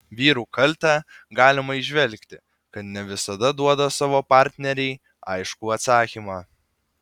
vyrų kaltę galima įžvelgti kad ne visada duoda savo partnerei aiškų atsakymą